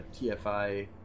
TFI